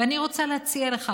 ואני רוצה להציע לך,